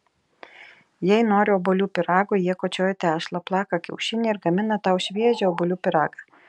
jei nori obuolių pyrago jie kočioja tešlą plaka kiaušinį ir gamina tau šviežią obuolių pyragą